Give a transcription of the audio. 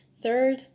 third